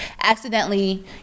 accidentally